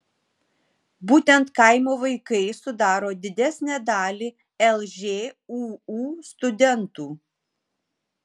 būtent kaimo vaikai sudaro didesnę dalį lžūu studentų